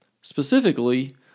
Specifically